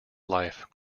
life